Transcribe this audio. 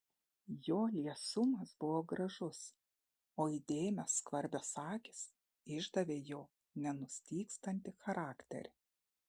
jo liesumas buvo gražus o įdėmios skvarbios akys išdavė jo nenustygstantį charakterį